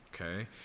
okay